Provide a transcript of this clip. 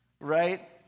Right